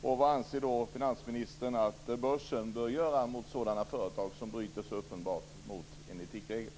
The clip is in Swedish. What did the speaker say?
Hur anser i sådana fall finansministern att börsen bör agera mot företag som så uppenbart bryter mot en etikregel?